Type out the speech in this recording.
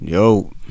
Yo